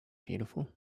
beautiful